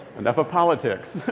enough of politics.